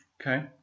Okay